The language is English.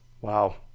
Wow